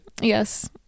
Yes